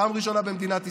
בפעם הראשונה במדינת ישראל.